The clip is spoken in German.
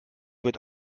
wird